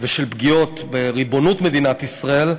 ושל פגיעות בריבונות מדינת ישראל,